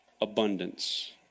abundance